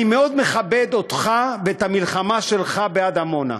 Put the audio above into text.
אני מאוד מכבד אותך ואת המלחמה שלך בעד עמונה,